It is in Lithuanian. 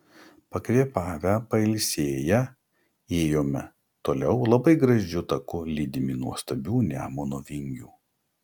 pakvėpavę pailsėję ėjome toliau labai gražiu taku lydimi nuostabių nemuno vingių